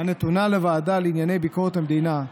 הנתונה לוועדה לענייני ביקורת המדינה,